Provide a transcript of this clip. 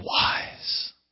wise